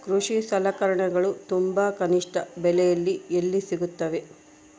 ಕೃಷಿ ಸಲಕರಣಿಗಳು ತುಂಬಾ ಕನಿಷ್ಠ ಬೆಲೆಯಲ್ಲಿ ಎಲ್ಲಿ ಸಿಗುತ್ತವೆ?